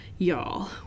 Y'all